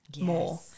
more